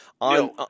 on